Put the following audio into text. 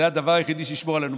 זה הדבר היחידי שישמור עלינו.